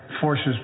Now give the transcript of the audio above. forces